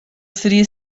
seria